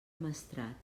maestrat